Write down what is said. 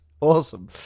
awesome